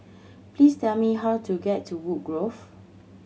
please tell me how to get to Woodgrove